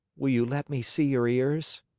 will you let me see your ears?